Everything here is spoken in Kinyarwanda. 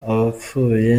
abapfuye